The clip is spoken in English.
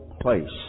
place